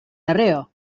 arreo